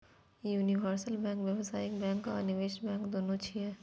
universal bank व्यावसायिक bank आ निवेश बैंक, दुनू छियै